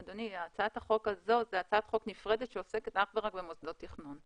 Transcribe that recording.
הצעת החוק הזאת היא הצעת חוק נפרדת שעוסקת אך ורק במוסדות תכנון.